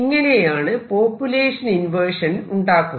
ഇങ്ങനെയാണ് population inversion ഉണ്ടാക്കുന്നത്